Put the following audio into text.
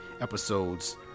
episodes